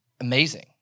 amazing